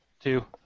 Two